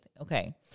okay